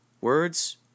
Words